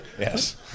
Yes